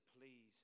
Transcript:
please